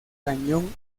cañón